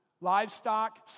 livestock